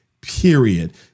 period